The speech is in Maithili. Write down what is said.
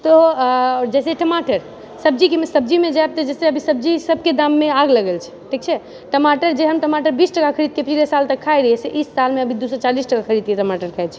तऽ जैसे टमाटर सब्जीमे जते अभी सब्जी सबके दाममे आगि लगल छै ठीक छै टमाटर जेहन टमाटर बीस टाका खरीदके पिछले साल तक खाए रहियै से इस सालमे अभी दू सए चालीस टके टमाटर खरीदके खाए छियै